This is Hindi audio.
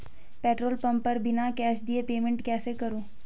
पेट्रोल पंप पर बिना कैश दिए पेमेंट कैसे करूँ?